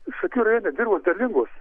šakių rajone dirvos derlingos